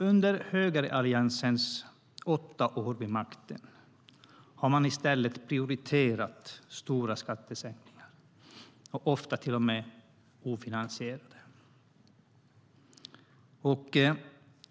Under högeralliansens åtta år vid makten har man i stället prioriterat stora skattesänkningar, och ofta till och med ofinansierade.